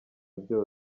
byiza